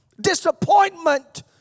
Disappointment